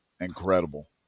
incredible